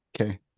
Okay